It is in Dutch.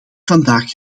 vandaag